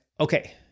okay